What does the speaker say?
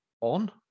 on